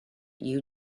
you